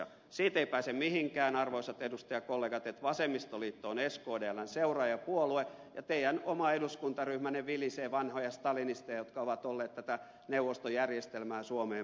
siitä ei pääse mihinkään arvoisat edustajakollegat että vasemmistoliitto on skdln seuraajapuolue ja teidän oma eduskuntaryhmänne vilisee vanhoja stalinisteja jotka ovat olleet tätä neuvostojärjestelmää suomeen pystyttämässä